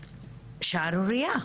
שערוריה,